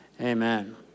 amen